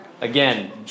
Again